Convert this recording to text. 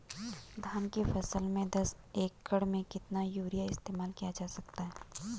धान की फसल में दस एकड़ में कितना यूरिया इस्तेमाल किया जा सकता है?